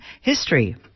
history